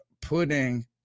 putting